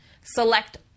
Select